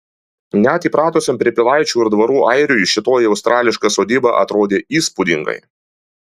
net įpratusiam prie pilaičių ir dvarų airiui šitoji australiška sodyba atrodė įspūdingai